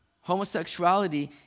homosexuality